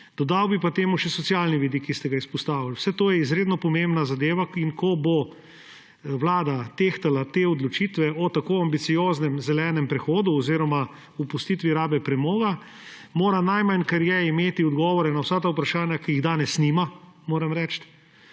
Dodal bi pa temu še socialni vidik, ki ste ga izpostavili. Vse to je izredno pomembna zadeva. Ko bo vlada tehtala te odločitve o tako ambicioznem zelenem prehodu oziroma opustitvi rabe premoga, mora, najmanj kar je, imeti odgovore na vsa ta vprašanja, ki jih danes nima, moram reči,